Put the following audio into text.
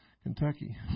Kentucky